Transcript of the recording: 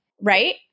right